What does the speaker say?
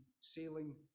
sailing